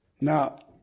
Now